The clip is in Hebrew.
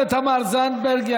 תודה לתמר זנדברג.